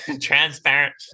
Transparent